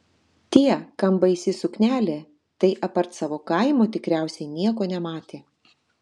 tie kam baisi suknelė tai apart savo kaimo tikriausiai nieko nematė